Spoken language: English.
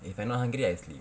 if I not hungry I sleep